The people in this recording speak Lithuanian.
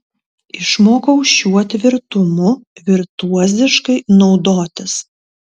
išmokau šiuo tvirtumu virtuoziškai naudotis